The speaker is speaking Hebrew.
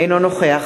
אינו נוכח